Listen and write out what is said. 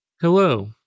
Hello